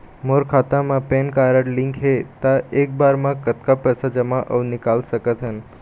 मोर खाता मा PAN card link हे ता एक बार मा कतक पैसा जमा अऊ निकाल सकथन?